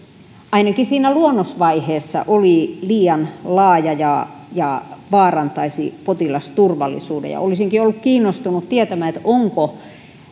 ainakin siinä luonnosvaiheessa liian laaja ja ja vaarantaisi potilasturvallisuuden olisinkin ollut kiinnostunut tietämään onko